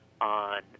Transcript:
on